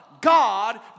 God